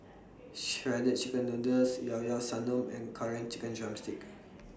Shredded Chicken Noodles Yao Yao Sanum and Curry Chicken Drumstick